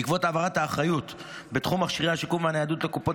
בעקבות העברת האחריות בתחום מכשירי השיקום והניידות לקופות